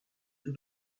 sous